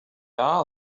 are